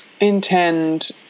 intend